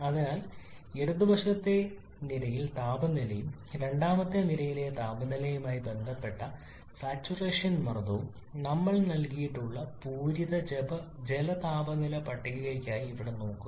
അതിനാൽ ഇടത് വശത്തെ നിരയിൽ താപനിലയും രണ്ടാമത്തെ നിരയിലെ താപനിലയുമായി ബന്ധപ്പെട്ട സാച്ചുറേഷൻ മർദ്ദവും നമ്മൾക്ക് നൽകിയിട്ടുള്ള പൂരിത ജല താപനില പട്ടികയ്ക്കായി ഇവിടെ നോക്കുക